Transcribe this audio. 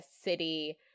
city